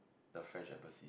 the french embassy